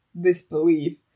disbelief